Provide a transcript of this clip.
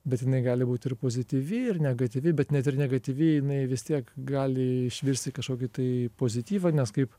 bet jinai gali būti ir pozityvi ir negatyvi bet net ir negatyvi jinai vis tiek gali išvirsti į kažkokį tai pozityvą nes kaip